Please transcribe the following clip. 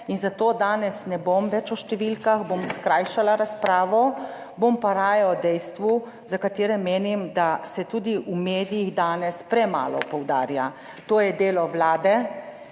in zato danes ne bom več o številkah, bom skrajšala razpravo. Bom pa raje o dejstvu, za katerega menim, da se tudi v medijih danes premalo poudarja, to je delo vlade,